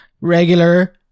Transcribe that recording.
regular